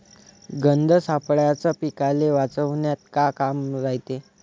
गंध सापळ्याचं पीकाले वाचवन्यात का काम रायते?